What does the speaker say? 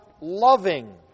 loving